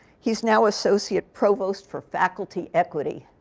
he's now associate provost for faculty equity,